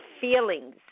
feelings